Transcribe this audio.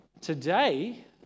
Today